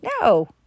No